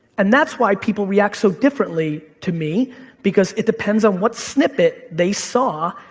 and that's why people react so differently to me because it depends on what snippet they saw.